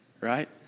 Right